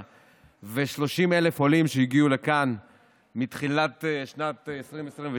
ו-30,000 העולים שהגיעו לכאן מתחילת שנת 2022,